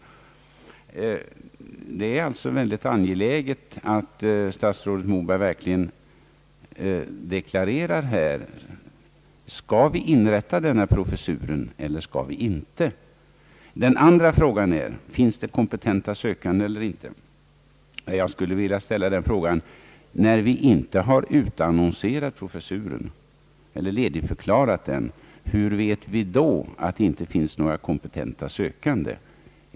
Det är alltså utomordentligt angeläget att statsrådet Moberg verkligen deklarerar om denna professur skall inrättas eller om den inte skall inrättas. Den andra frågan är: Finns det kompetenta sökande eller inte? Jag skulle vilja fråga: När vi inte har ledigförklarat professuren, hur vet vi då att det inte finns några kompetenta sökande till den?